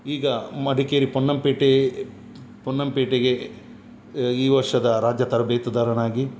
ಈಗ ಮಡಿಕೇರಿ ಪೊನ್ನಂಪೇಟೆ ಪೊನ್ನಂಪೇಟೆಗೆ ಈ ವರ್ಷದ ರಾಜ್ಯ ತರಬೇತುದಾರನಾಗಿ